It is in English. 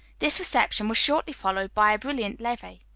this reception was shortly followed by a brilliant levee.